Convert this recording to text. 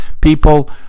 people